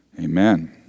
Amen